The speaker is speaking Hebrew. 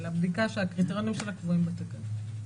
אלא בדיקה שהקריטריונים שלה קבועים בתקנות.